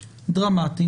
דרמטיים.